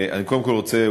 אני קודם כול רוצה,